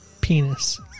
penis